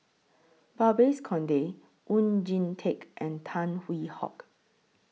Babes Conde Oon Jin Teik and Tan Hwee Hock